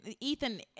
Ethan